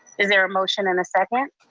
is there a motion and a second?